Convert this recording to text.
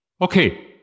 Okay